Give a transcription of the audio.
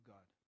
God